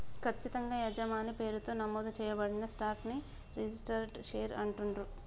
ఖచ్చితంగా యజమాని పేరుతో నమోదు చేయబడిన స్టాక్ ని రిజిస్టర్డ్ షేర్ అంటుండ్రు